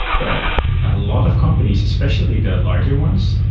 but a lot of companies, especially the larger ones,